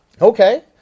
okay